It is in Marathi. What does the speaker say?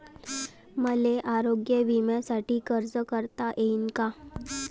मले आरोग्य बिम्यासाठी अर्ज करता येईन का?